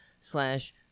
slash